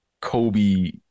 Kobe